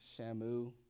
Shamu